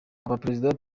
abaperezida